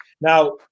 Now